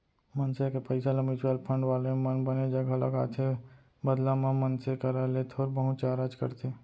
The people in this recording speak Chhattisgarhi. मनसे के पइसा ल म्युचुअल फंड वाले मन बने जघा लगाथे बदला म मनसे करा ले थोर बहुत चारज करथे